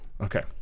okay